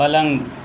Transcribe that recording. پلنگ